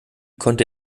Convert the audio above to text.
konnte